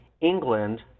England